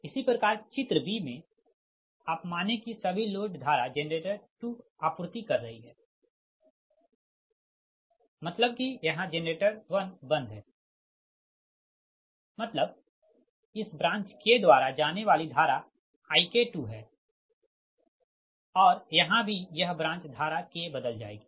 इसी प्रकार चित्र b में आप मानें कि सभी लोड धारा जेनरेटर 2 आपूर्ति कर रही है और लेकिन जेनरेटर 1 बंद है मतलब इस ब्रांच K द्वारा जाने वाली धारा IK2 है और यहाँ भी यह ब्रांच धारा K बदल जाएगी